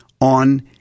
on